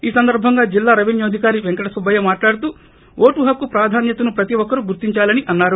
ఈ సందర్భంగా జిల్లా రెపెన్యూ అధికారి వెంకట సుబ్బయ్య మాట్లాడుతూ ఓటు హక్కు ప్రాధాన్యత ను ప్రతి ఒక్కరూ గుర్తించాలని అన్నారు